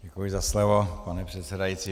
Děkuji za slovo, pane předsedající.